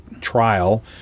trial